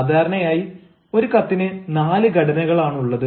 സാധാരണയായി ഒരു കത്തിന് നാല് ഘടനകളാണുള്ളത്